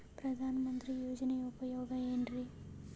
ಪ್ರಧಾನಮಂತ್ರಿ ಯೋಜನೆ ಉಪಯೋಗ ಏನ್ರೀ?